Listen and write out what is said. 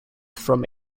from